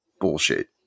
bullshit